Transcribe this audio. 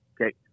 okay